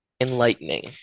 enlightening